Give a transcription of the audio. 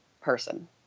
person